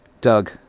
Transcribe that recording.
Doug